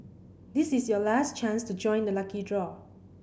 this is your last chance to join the lucky draw